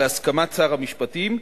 בהסכמת שר המשפטים,